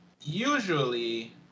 usually